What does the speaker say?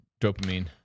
dopamine